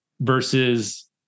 versus